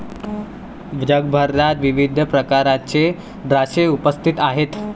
जगभरात विविध प्रकारचे द्राक्षे उपस्थित आहेत